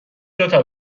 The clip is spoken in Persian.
دوتا